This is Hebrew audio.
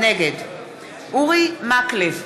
נגד אורי מקלב,